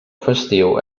festiu